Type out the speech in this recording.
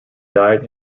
died